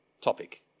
topic